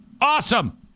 awesome